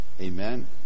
Amen